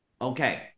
Okay